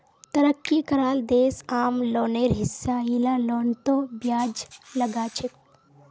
तरक्की कराल देश आम लोनेर हिसा इला लोनतों ब्याज लगाछेक